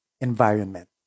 environment